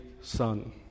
Son